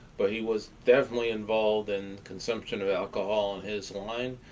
but he was definitely involved in consumption of alcohol in his line.